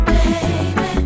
Baby